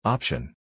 Option